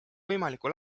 võimaliku